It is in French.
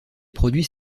produits